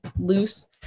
loose